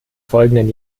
folgenden